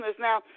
now